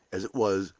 as it was,